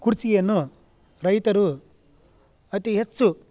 ಕುರ್ಜಿಗಿಯನ್ನು ರೈತರು ಅತಿ ಹೆಚ್ಚು